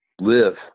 live